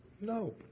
no